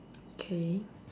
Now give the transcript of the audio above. okay